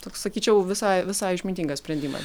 toks sakyčiau visai visai išmintingas sprendima